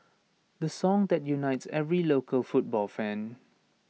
the song that unites every local football fan